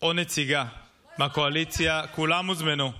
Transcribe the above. או נציגה מהקואליציה, לא הזמנתם אותנו.